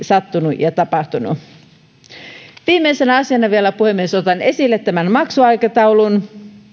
sattunut ja tapahtunut viimeisenä asiana vielä puhemies otan esille tämän maksuaikataulun